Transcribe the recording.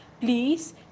Please